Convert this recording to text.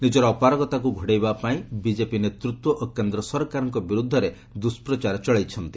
ନିଜର ଅପାରଗତାକୁ ଘୋଡ଼ାଇବାପାଇଁ ବିକେପି ନେତୃତ୍ୱ ଓ କେନ୍ଦ୍ର ସରକାରଙ୍କ ବିରୋଧରେ ଦୁଷ୍କଚାର ଚଳାଇଛନ୍ତି